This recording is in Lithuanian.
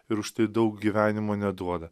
ir už tai daug gyvenimo neduoda